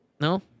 No